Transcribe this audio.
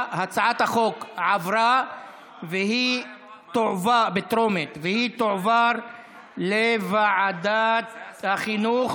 ההצעה להעביר את הצעת חוק שלילת תקצוב מוסדות חינוך